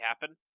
happen